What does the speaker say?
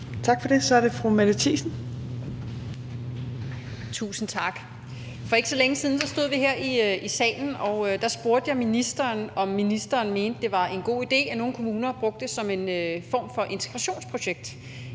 Thiesen. Kl. 15:23 Mette Thiesen (NB): Tusind tak. For ikke så længe siden stod vi her i salen, og der spurgte jeg ministeren, om ministeren mente, at det var en god idé, at nogle kommuner brugte det som en form for integrationsprojekt